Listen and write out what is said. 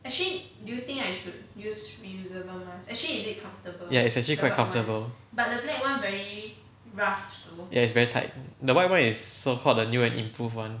ya it's actually quite comfortable ya it's very tight the white [one] is so called the new and improved [one]